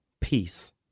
Peace